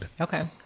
Okay